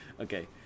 okay